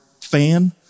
fan